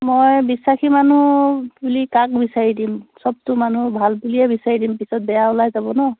মই বিশ্বাসী মানুহ বুলি কাক বিচাৰি দিম চবটো মানুহ ভাল বুলিয়ে বিচাৰি দিম পিছত বেয়া ওলাই যাব ন